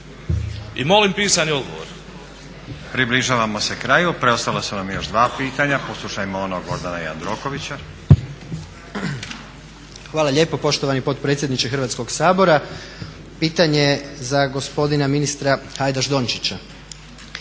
I molim pisani odgovor.